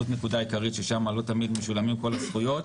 וזאת הנקודה העיקרית ששם לא תמיד משולמים כל הזכויות,